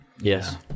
Yes